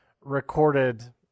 recorded